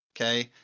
Okay